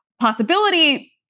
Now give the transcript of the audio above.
possibility